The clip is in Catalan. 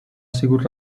sigut